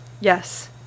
Yes